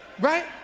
right